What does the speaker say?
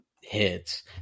hits